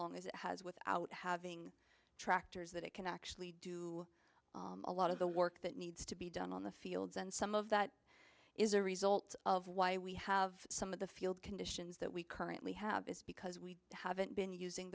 long as it has without having tractors that it can actually do a lot of the work that needs to be done on the fields and some of that is a result of why we have some of the field conditions that we currently have is because we haven't been using